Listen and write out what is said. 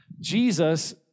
Jesus